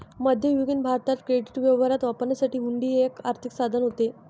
मध्ययुगीन भारतात क्रेडिट व्यवहारात वापरण्यासाठी हुंडी हे एक आर्थिक साधन होते